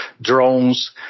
drones